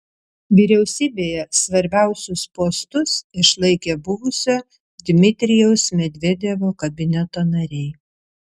vyriausybėje svarbiausius postus išlaikė buvusio dmitrijaus medvedevo kabineto nariai